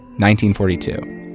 1942